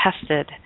tested